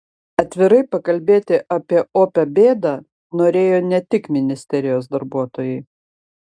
atvirai pakalbėti apie opią bėdą norėjo ne tik ministerijos darbuotojai